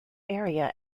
area